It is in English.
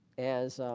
as